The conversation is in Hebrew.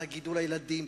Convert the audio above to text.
על גידול הילדים,